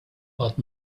but